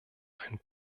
einen